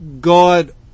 God